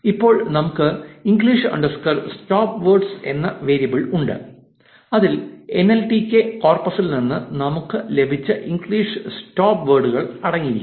ഇപ്പോൾ നമുക്ക് English underscore stop words എന്ന വേരിയബിൾ ഉണ്ട് അതിൽ എൻഎൽടികെ കോർപസിൽ നിന്ന് നമുക്ക് ലഭിച്ച ഇംഗ്ലീഷ് സ്റ്റോപ്പ് വേർഡുകൾ അടങ്ങിയിരിക്കുന്നു